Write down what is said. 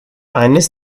eines